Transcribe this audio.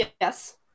Yes